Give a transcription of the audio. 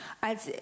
Als